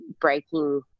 breaking